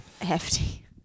Hefty